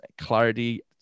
clarity